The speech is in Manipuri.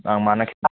ꯑꯥ ꯃꯥꯅ ꯈꯤꯇꯪ